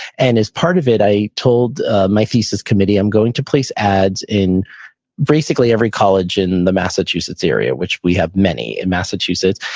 and as part of it, i told my thesis committee i'm going to place ads in basically every college in the massachusetts area, which we have many in massachusetts.